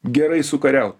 gerai sukariaut